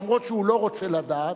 למרות שהוא לא רוצה לדעת,